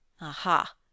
Aha